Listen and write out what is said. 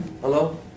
Hello